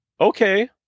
okay